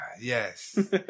Yes